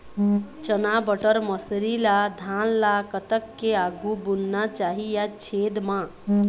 चना बटर मसरी ला धान ला कतक के आघु बुनना चाही या छेद मां?